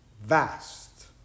vast